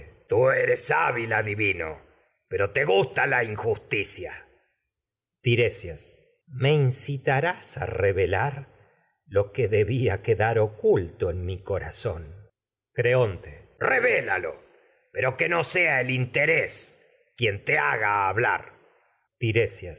tú eres hábil adivino pero te gusta la injusticia tiresias me incitarás a revelar lo que debía que dar oculto en mi corazón creonte te revélalo pero que no sea el interés quien haga hablar